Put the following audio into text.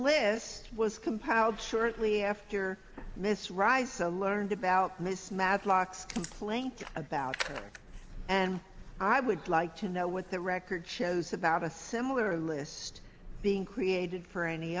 list was compiled certainly after miss reisa learned about mismatched locks complained about and i would like to know what the record shows about a similar list being created for any